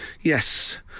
Yes